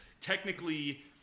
technically